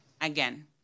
Again